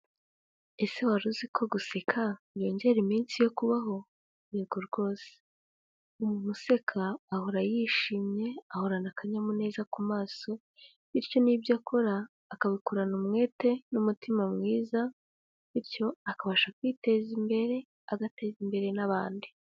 Ese wari uziko guseka byongera iminsi yo kubaho? yego rwose, umuntu useka ahora yishimye ahorana akanyamuneza ku maso bityo n'ibyo akora akabikorana umwete n'umutima mwiza, bityo akabasha kwiteza imbere agateza imbere n'abandi.